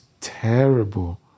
terrible